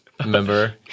Remember